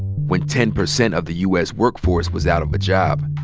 when ten percent of the u. s. workforce was out of a job.